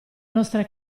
nostre